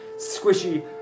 squishy